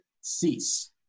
Cease